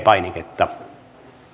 painiketta